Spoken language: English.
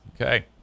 Okay